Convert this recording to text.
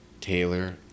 Taylor